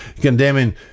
condemning